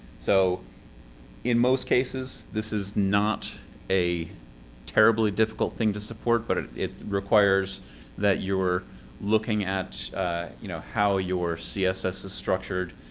so in most cases, this is not a terribly difficult difficult thing to support. but it requires that you're looking at you know how your css is structured.